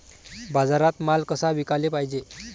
बाजारात माल कसा विकाले पायजे?